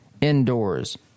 indoors